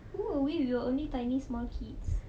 who are we we are just tiny small kids